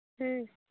ᱦᱩᱸ